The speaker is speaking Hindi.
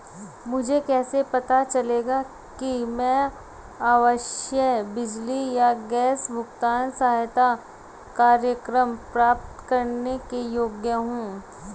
मुझे कैसे पता चलेगा कि मैं आवासीय बिजली या गैस भुगतान सहायता कार्यक्रम प्राप्त करने के योग्य हूँ?